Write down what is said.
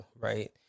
right